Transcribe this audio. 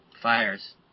fires